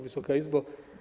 Wysoka Izbo!